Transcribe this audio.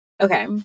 Okay